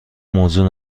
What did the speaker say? موضوع